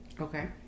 Okay